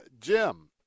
Jim